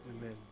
Amen